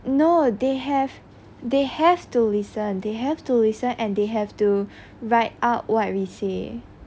no they have they have to listen and they to listen and they have to write out what we say